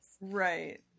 right